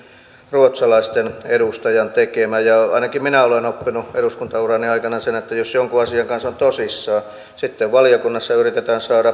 ruotsalaisten edustajan tekemä ainakin minä olen oppinut eduskuntaurani aikana sen että jos jonkun asian kanssa on tosissaan sitten valiokunnassa yritetään saada